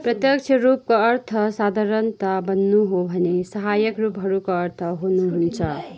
प्रत्यक्ष रूपको अर्थ साधारणत बन्नु हो भने साहयक रूपहरूको अर्थ हुनु हुन्छ